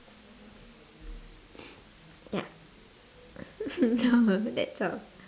ya no that's all